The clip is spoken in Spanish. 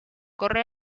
corre